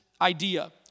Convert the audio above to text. idea